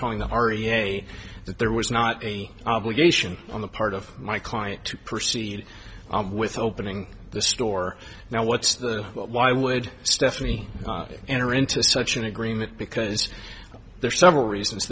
calling the r t a that there was not any obligation on the part of my client to proceed with opening the store now what's the why would stephanie enter into such an agreement because there are several reasons